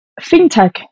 fintech